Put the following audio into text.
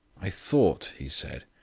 i thought, he said,